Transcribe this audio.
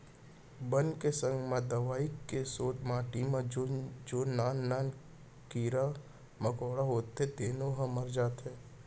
बन के संग म दवई के सेती माटी म जेन नान नान कीरा मकोड़ा होथे तेनो ह मर जाथें